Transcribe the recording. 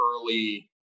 early